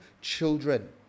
children